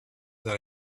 that